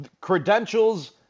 credentials